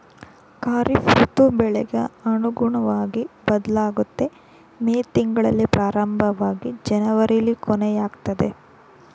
ಖಾರಿಫ್ ಋತು ಬೆಳೆಗ್ ಅನುಗುಣ್ವಗಿ ಬದ್ಲಾಗುತ್ತೆ ಮೇ ತಿಂಗ್ಳಲ್ಲಿ ಪ್ರಾರಂಭವಾಗಿ ಜನವರಿಲಿ ಕೊನೆಯಾಗ್ತದೆ